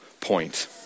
point